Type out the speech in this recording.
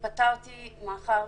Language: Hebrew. התפטרתי מאחר